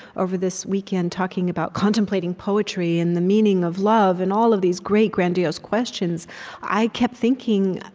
over this weekend, talking about contemplating poetry and the meaning of love and all of these great, grandiose questions i kept thinking,